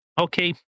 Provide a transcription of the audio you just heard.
Okay